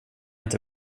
inte